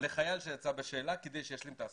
לחייל שיצא בשאלה כדי שישלים את ההשכלה.